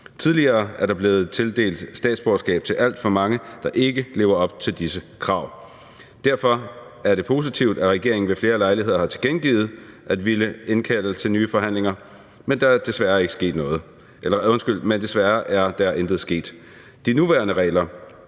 Tidligere er der blevet tildelt statsborgerskab til alt for mange, der ikke lever op til disse krav. Derfor er det positivt, at regeringen ved flere lejligheder har tilkendegivet at ville indkalde til nye forhandlinger, men desværre er der intet sket. De nuværende regler